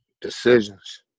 Decisions